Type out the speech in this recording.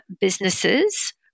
businesses